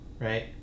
right